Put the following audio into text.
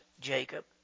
Jacob